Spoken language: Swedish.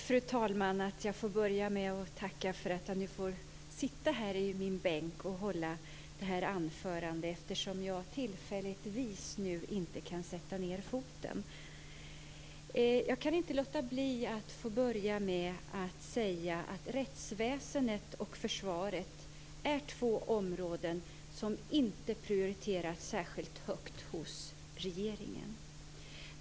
Fru talman! Jag kan inte låta bli att börja med att säga att rättsväsendet och försvaret är två områden som inte prioriteras särskilt högt av regeringen.